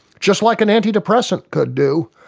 just like an antidepressant could do,